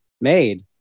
made